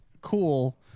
cool